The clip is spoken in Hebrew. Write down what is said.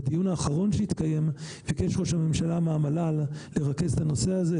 בדיון האחרון שהתקיים ביקש ראש הממשלה מהמל"ל לרכז את הנושא הזה.